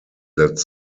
that